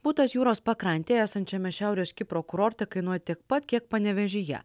butas jūros pakrantėje esančiame šiaurės kipro kurorte kainuoja tiek pat kiek panevėžyje